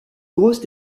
grosse